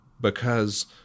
Because-